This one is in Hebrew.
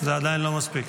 זה עדיין לא מספיק.